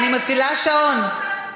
אני מפעילה שעון.